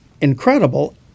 incredible